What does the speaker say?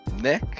Nick